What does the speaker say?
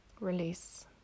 Release